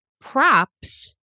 Props